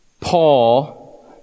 Paul